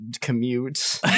commute